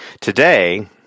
today